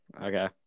Okay